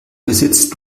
besitzt